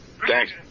Thanks